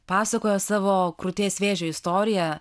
pasakojo savo krūties vėžio istoriją